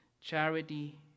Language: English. charity